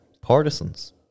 partisans